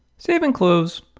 save and close.